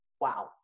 wow